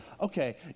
Okay